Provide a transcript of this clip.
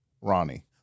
Ronnie